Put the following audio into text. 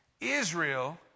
Israel